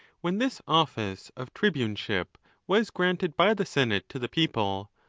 when this office of tribuneship was granted by the senate to the people,